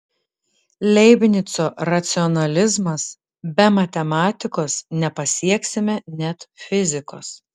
leibnico racionalizmas be matematikos nepasieksime net fizikos